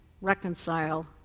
reconcile